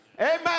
Amen